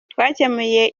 twakemuye